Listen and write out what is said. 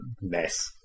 mess